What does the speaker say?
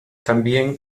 también